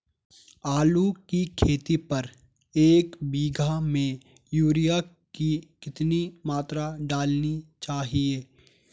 आलू की खेती पर एक बीघा में यूरिया की कितनी मात्रा डालनी चाहिए?